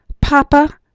Papa